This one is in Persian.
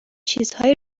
چیزهایی